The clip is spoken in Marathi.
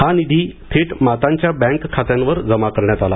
हा निधी थेट मातांच्या बँक खात्यावर जमा करण्यात आला